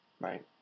Right